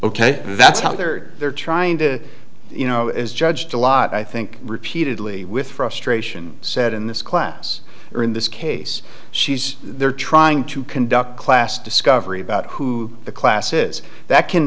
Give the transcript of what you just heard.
ok that's how they're they're trying to you know is judged a lot i think repeatedly with frustration said in this class or in this case she's there trying to conduct class discovery about who the class is that can